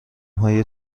های